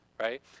right